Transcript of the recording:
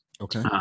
Okay